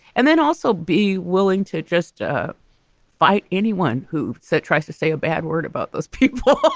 and then also be willing to just ah fight anyone who so tries to say a bad word about those people